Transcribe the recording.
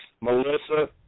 Melissa